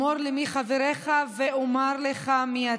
אמור לי מי חבריך ואומר לך מי אתה.